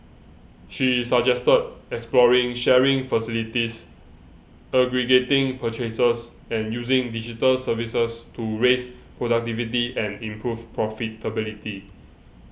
she suggested exploring sharing facilities aggregating purchases and using digital services to raise productivity and improve profitability